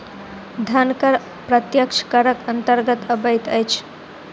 धन कर प्रत्यक्ष करक अन्तर्गत अबैत अछि